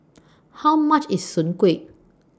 How much IS Soon Kueh